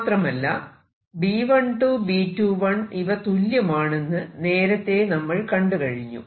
മാത്രമല്ല B12 B21 ഇവ തുല്യമാണെന്ന് നേരത്തെ നമ്മൾ കണ്ടുകഴിഞ്ഞു